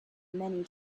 many